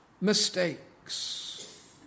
mistakes